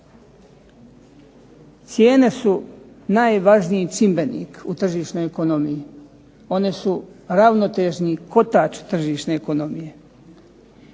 Cijene su najvažniji čimbenik u tržišnoj ekonomiji, oni su ravnotežni kotač tržišne ekonomije.